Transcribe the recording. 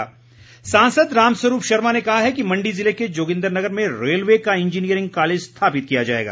राम स्वरूप सांसद राम स्वरूप शर्मा ने कहा है कि मण्डी जिले के जोगिन्द्रनगर में रेलवे का इंजीनियरिंग कॉलेज स्थापित किया जाएगा